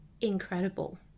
incredible